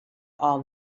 all